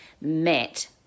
met